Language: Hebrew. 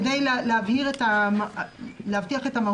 כדי להבטיח את המהות,